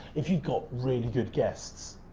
if you got really good guests,